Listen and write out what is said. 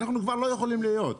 אנחנו כבר לא יכולים להיות.